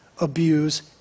abuse